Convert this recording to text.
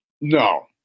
No